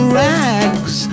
rags